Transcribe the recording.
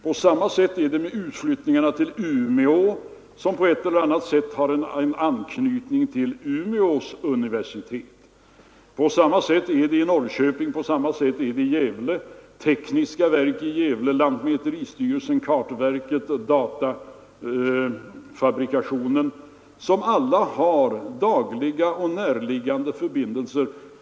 På samma sätt är det med utflyttningarna till Umeå, vilka på ett eller annat sätt har en anknytning till Umeå universitet. På samma sätt är det i Norrköping. På samma sätt är det i Gävle — där placeras på en och samma plats tekniska verk såsom lantmäteristyrelsen, kartverket och dataproduktionen. vilka alla har dagliga och närliggande förbindelser.